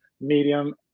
medium